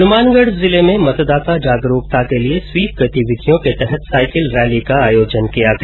हनुमानगढ़ जिले में मतदाता जागरूकता के लिये स्वीप गतिविधियों के तहत साईकिल रैली का आयोजन किया गया